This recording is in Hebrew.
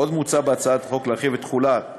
עוד מוצע בהצעת החוק להרחיב את תחולתן